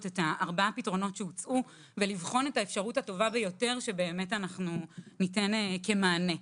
את ארבעת הפתרונות שהוצעו ולבחון את האפשרות הטובה ביותר שניתן כמענה.